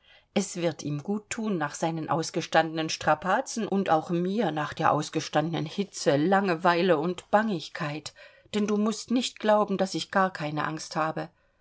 es wird ihm gut thun nach seinen ausgestandenen strapazen und auch mir nach der ausgestandenen hitze langeweile und bangigkeit denn du mußt nicht glauben daß ich gar keine angst habe